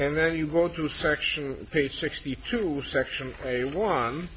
and there you go to section page sixty two section a one